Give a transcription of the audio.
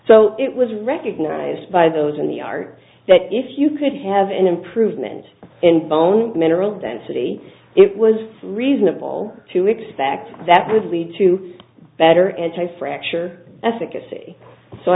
so it was recognised by those in the art that if you could have an improvement in bone mineral density it was reasonable to expect that would lead to better anti fracture efficacy so